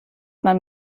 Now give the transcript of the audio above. man